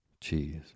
Cheese